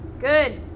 good